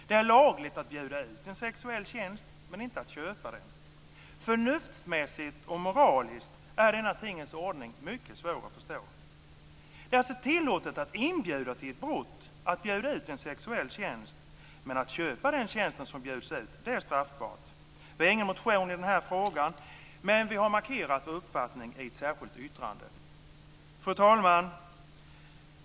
Det är lagligt att bjuda ut en sexuell tjänst men inte att köpa den. Förnuftsmässigt och moraliskt är denna tingens ordning mycket svår att förstå. Det är alltså tillåtet att inbjuda till ett brott, att bjuda ut en sexuell tjänst, men att köpa den tjänst som bjuds ut är straffbart. Vi har ingen motion i denna fråga, men vi har markerat vår uppfattning i ett särskilt yttrande. Fru talman!